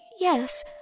Yes